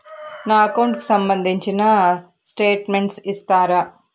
నా అకౌంట్ కు సంబంధించిన స్టేట్మెంట్స్ ఇస్తారా